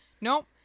Nope